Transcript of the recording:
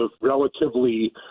relatively